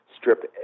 strip